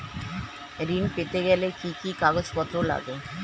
ঋণ পেতে গেলে কি কি কাগজপত্র লাগে?